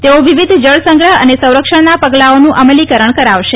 તેઓ વિવિધ જળસંગ્રહ અને સંરક્ષણનાં પગલાઓનું અમલીકરણ કરાવશે